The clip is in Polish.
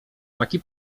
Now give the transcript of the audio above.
taki